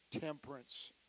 temperance